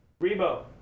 Rebo